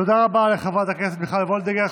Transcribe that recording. תודה רבה לחברת הכנסת מיכל וולדיגר.